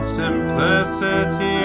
simplicity